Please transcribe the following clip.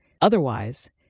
Otherwise